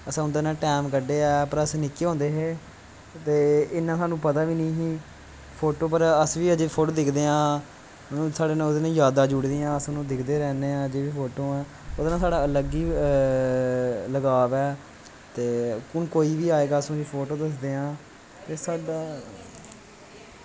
असें उंदै नै टैम कड्डेआ पर अस निक्के होंदे हे तेस इन्ना साह्नू पता बी नी ही फोटो पर अज्ज बीअस फोटो दिखदे आं साह्ड़ै नै ओह्दी जादां जुड़ी दियां दिखदे रैह्ने आं अज़े बी फोटो ओह्दै नै साढ़ा अलग इ लगाव ऐ हुन कोई बी अएगा अस उसी फोटो दसदे आं एह् साढ़ा